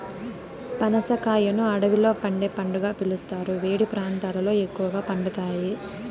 పనస కాయను అడవిలో పండే పండుగా పిలుస్తారు, వేడి ప్రాంతాలలో ఎక్కువగా పండుతాయి